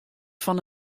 fan